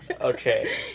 Okay